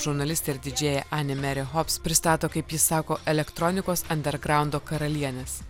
žurnalistė ir didžėjė ani meri hops pristato kaip ji sako elektronikos andergraundo karalienes